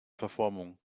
verformung